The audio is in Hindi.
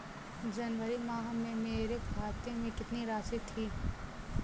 जनवरी माह में मेरे खाते में कितनी राशि थी?